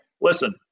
listen